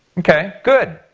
ok, good.